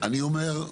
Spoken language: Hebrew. אני אומר,